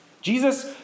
Jesus